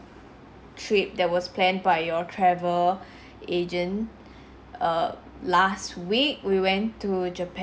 trip that was planned by your travel agent err last week we went to japan